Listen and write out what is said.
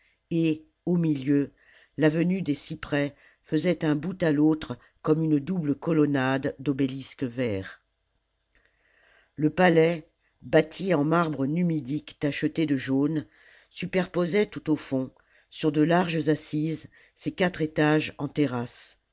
et au milieu l'avenue des cyprès faisait d'un bout à l'autre comme une double colonnade d'obélisques verts le palais bâti en marbre numidique tacheté de jaune superposait tout au fond sur de larges assises ses quatre étages en terrasses